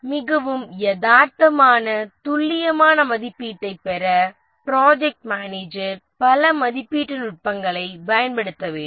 மிகவும் யதார்த்தமான துல்லியமான மதிப்பீட்டைப் பெற ப்ராஜெக்ட் மேனேஜர் பல மதிப்பீட்டு நுட்பங்களைப் பயன்படுத்த வேண்டும்